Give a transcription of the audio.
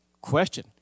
Question